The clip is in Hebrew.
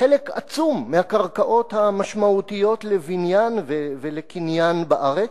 חלק עצום מהקרקעות המשמעותיות לבניין ולקניין בארץ.